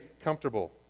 comfortable